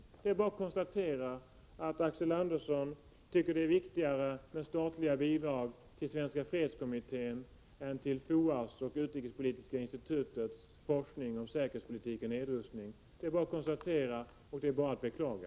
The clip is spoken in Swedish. Det är bara att konstatera att Axel Andersson tycker att det är viktigare med statliga bidrag till Svenska fredskommittén än till FOA:s och Utrikespolitiska institutets forskning om säkerhetspolitik och nedrustning. Och det är bara att beklaga.